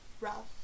Ralph